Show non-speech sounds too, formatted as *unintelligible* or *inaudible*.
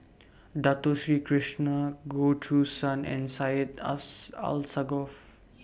Dato Sri Krishna Goh Choo San and Syed *unintelligible* Alsagoff